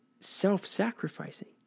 self-sacrificing